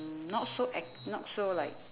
mm not so acc~ not so like